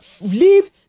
leave